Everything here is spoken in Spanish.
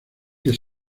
que